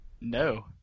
No